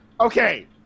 Okay